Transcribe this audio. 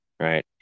right